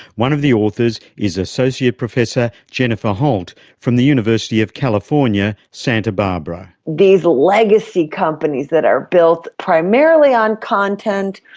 one of the authors is associate professor jennifer holt from the university of california, santa barbara. these legacy companies that are built primarily on content,